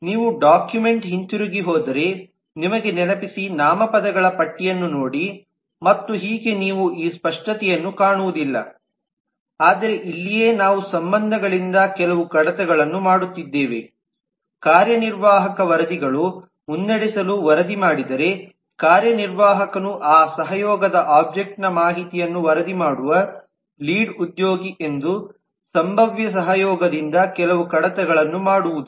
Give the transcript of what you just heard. ನೀವು ಡಾಕ್ಯುಮೆಂಟ್ಗೆ ಹಿಂತಿರುಗಿ ಹೋದರೆ ನಿಮಗೆ ನೆನಪಿಸಿ ನಾಮಪದಗಳ ಪಟ್ಟಿಯನ್ನು ನೋಡಿ ಮತ್ತು ಹೀಗೆ ನೀವು ಈ ಸ್ಪಷ್ಟತೆಯನ್ನು ಕಾಣುವುದಿಲ್ಲಆದರೆ ಇಲ್ಲಿಯೇ ನಾವು ಸಂಬಂಧಗಳಿಂದ ಕೆಲವು ಕಡಿತಗಳನ್ನು ಮಾಡುತ್ತಿದ್ದೇವೆ ಕಾರ್ಯನಿರ್ವಾಹಕ ವರದಿಗಳು ಮುನ್ನಡೆಸಲು ವರದಿ ಮಾಡಿದರೆ ಕಾರ್ಯನಿರ್ವಾಹಕನು ಆ ಸಹಯೋಗದ ಆಬ್ಜೆಕ್ಟ್ನ ಮಾಹಿತಿಯನ್ನು ವರದಿ ಮಾಡುವ ಲೀಡ್ ಉದ್ಯೋಗಿ ಎಂದು ಸಂಭಾವ್ಯ ಸಹಯೋಗದಿಂದ ಕೆಲವು ಕಡಿತಗಳನ್ನು ಮಾಡುವುದು